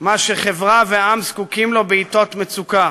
מה שחברה ועם זקוקים לו בעתות מצוקה: